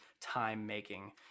time-making